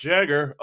Jagger